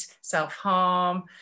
self-harm